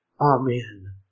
Amen